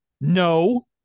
No